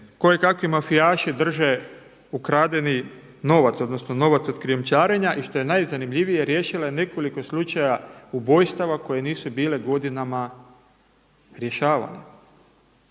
koje kakvi mafijaši drže ukradeni novac, odnosno novac od krijumčarenja i što je najzanimljivije riješila je nekoliko slučajeva ubojstava koje nisu bile godinama rješavane.